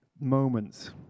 moments